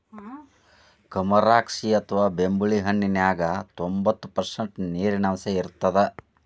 ಕಮರಾಕ್ಷಿ ಅಥವಾ ಬೆಂಬುಳಿ ಹಣ್ಣಿನ್ಯಾಗ ತೋಭಂತ್ತು ಪರ್ಷಂಟ್ ನೇರಿನಾಂಶ ಇರತ್ತದ